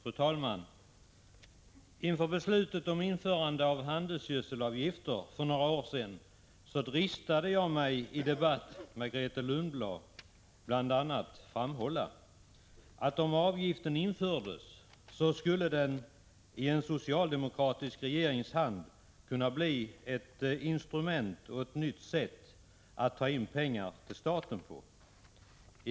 Fru talman! Inför beslutet om införande av handelsgödselavgiften för några år sedan dristade jag mig i en debatt med Grethe Lundblad att bl.a. framhålla att om avgiften infördes, skulle den i en socialdemokratisk regerings hand kunna bli ett instrument och ett nytt sätt att dra in pengar till staten.